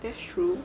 that's true